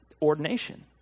ordination